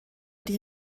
die